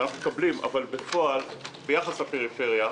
בפועל ביחס לפריפריה,